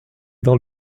dans